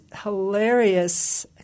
hilarious